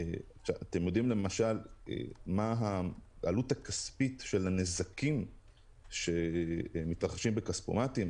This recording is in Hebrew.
אתם יודעים למשל מה העלות הכספית של נזקים שמתרחשים בכספומטים?